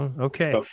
Okay